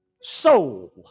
soul